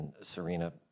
Serena